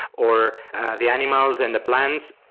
or the animals and the plants.